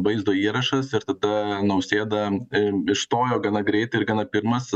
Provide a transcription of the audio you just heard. vaizdo įrašas ir tada nausėda em išstojo gana greitai ir gana pirmas